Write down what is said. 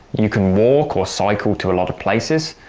you can walk or cycle to a lot of places,